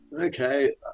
Okay